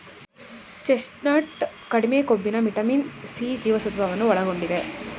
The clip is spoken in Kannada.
ಚೆಸ್ಟ್ನಟ್ ಕಡಿಮೆ ಕೊಬ್ಬಿನ ವಿಟಮಿನ್ ಸಿ ಜೀವಸತ್ವವನ್ನು ಒಳಗೊಂಡಿದೆ